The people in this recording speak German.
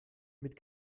mit